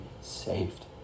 saved